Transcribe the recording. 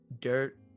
dirt